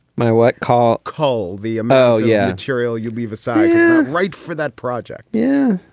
my what. call cole the ammo. yeah. serial you'd leave aside yeah right. for that project yeah.